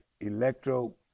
electro